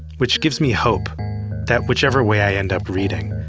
which gives me hope that whichever way i end up reading,